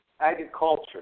agriculture